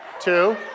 two